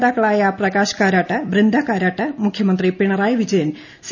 നേതാക്കളായ പ്രകാശ് കാരാട്ട് ബൃന്ദ കാരാട്ട് മുഖ്യമന്ത്രി പിണറായി വിജയൻ സി